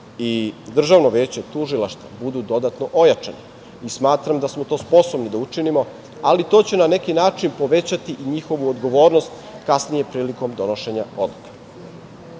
i Državno veće tužilaštva budu dodatno ojačani i smatram da smo to sposobni da učinimo, ali to će na neki način povećati i njihovu odgovornost kasnije prilikom donošenja